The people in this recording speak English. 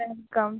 welcome